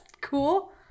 cool